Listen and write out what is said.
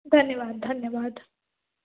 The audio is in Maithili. धन्यवाद धन्यवाद